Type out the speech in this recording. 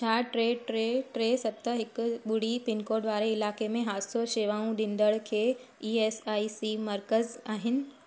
छा टे टे टे सत हिकु ॿुड़ी पिनकोड वारे इलाइक़े में हादसो शेवाऊं ॾींदड़ के ई एस आई सी मर्कज़ु आहिनि